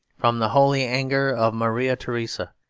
from the holy anger of maria teresa,